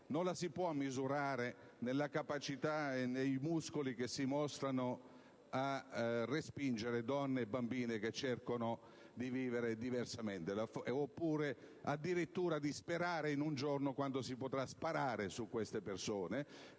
non si può misurare nella capacità e nei muscoli che si mostrano nel respingere donne e bambine che cercano di vivere diversamente, oppure nella speranza di poter un giorno sparare su queste persone.